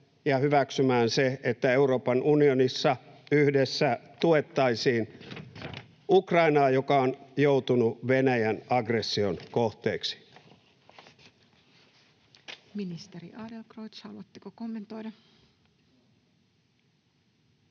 ja hyväksymään se, että Euroopan unionissa yhdessä tuettaisiin Ukrainaa, joka on joutunut Venäjän aggression kohteeksi. [Speech 485] Speaker: Toinen